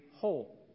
whole